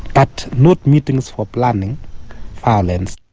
but not meetings for planning ah violence.